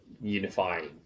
unifying